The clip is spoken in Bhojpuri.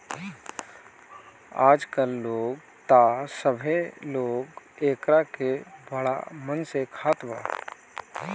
आजकल त सभे लोग एकरा के बड़ा मन से खात बा